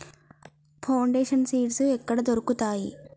Foundation seeds ఎక్కడ దొరుకుతాయి?